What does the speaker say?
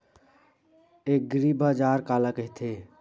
एग्रीबाजार काला कइथे?